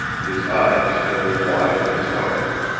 his eyes staring wide at the stars.